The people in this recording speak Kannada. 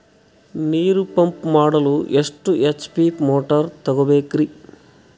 ನೀರು ಪಂಪ್ ಮಾಡಲು ಎಷ್ಟು ಎಚ್.ಪಿ ಮೋಟಾರ್ ತಗೊಬೇಕ್ರಿ?